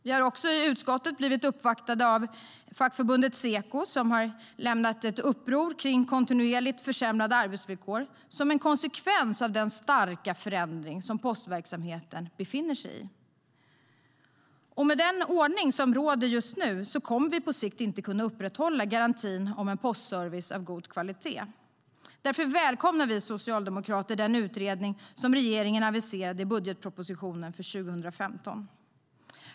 Vi har i utskottet blivit uppvaktade av fackförbundet Seko, som har lämnat ett upprop kring kontinuerligt försämrade arbetsvillkor som en konsekvens av den starka förändring som postverksamheten befinner sig i. Med den ordning som råder just nu kommer vi på sikt inte att kunna upprätthålla garantin om en postservice av god kvalitet. Därför välkomnar vi socialdemokrater den utredning som regeringen aviserade i budgetpropositionen för 2015.